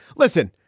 listen.